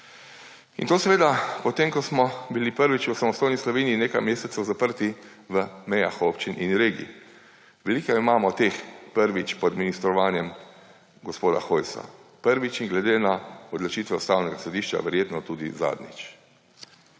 in to seveda potem ko smo bili prvič v samostojni Sloveniji nekaj mesecev zaprti v mejah občin in regij. Veliko imamo teh prvič pod ministrovanjem gospoda Hojsa. Prvič in glede na odločitve Ustavnega sodišča verjetno tudi zadnjič.